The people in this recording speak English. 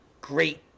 great